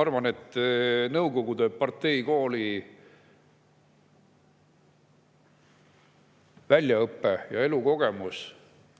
arvan, et nõukogude parteikooli väljaõpe ja elukogemus